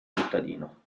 cittadino